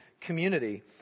community